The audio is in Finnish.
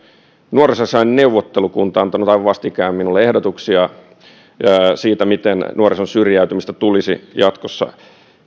nuorisoasiain neuvottelukunta on antanut aivan vastikään minulle ehdotuksia siitä miten nuorison syrjäytymistä tulisi jatkossa